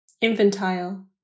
infantile